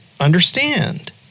understand